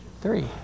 three